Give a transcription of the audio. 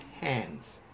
hands